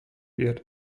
wird